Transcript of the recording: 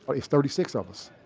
it's thirty-six of us.